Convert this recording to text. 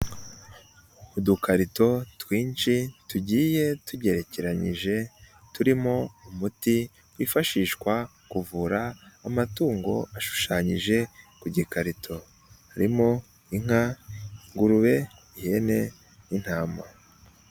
Udukarito twinshi tugiye tugerekeranyije, turimo umuti wifashishwa kuvura amatungo ashushanyije ku gikarito, harimo; inka, ingurube, ihene, n'intama.